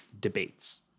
debates